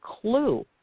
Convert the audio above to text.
clue